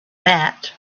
that